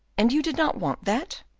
and you did not want that?